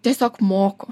tiesiog moko